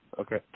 Okay